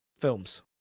films